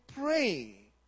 Pray